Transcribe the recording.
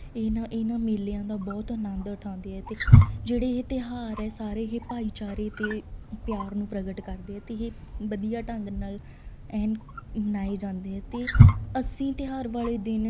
ਇਹਨਾ ਇਹਨਾ ਮੇਲਿਆਂ ਦਾ ਬਹੁਤ ਆਨੰਦ ਉਠਾਉਂਦੇ ਆ ਅਤੇ ਜਿਹੜੇ ਇਹ ਤਿਉਹਾਰ ਹੈ ਸਾਰੇ ਇਹ ਭਾਈਚਾਰੇ ਅਤੇ ਪਿਆਰ ਨੂੰ ਪ੍ਰਗਟ ਕਰਦੇ ਅਤੇ ਇਹ ਵਧੀਆ ਢੰਗ ਨਾਲ ਐਨ ਮਨਾਏ ਜਾਂਦੇ ਆ ਅਤੇ ਅਸੀਂ ਤਿਉਹਾਰ ਵਾਲੇ ਦਿਨ